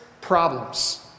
problems